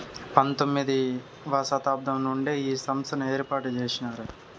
పంతొమ్మిది వ శతాబ్దం నుండే ఈ సంస్థను ఏర్పాటు చేసినారు